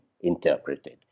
interpreted